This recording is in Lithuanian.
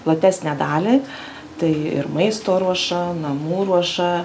platesnę dalį tai ir maisto ruoša namų ruoša